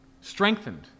strengthened